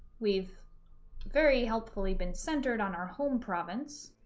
we've very helpfully been centered on our home province,